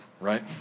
Right